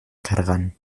cargan